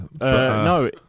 No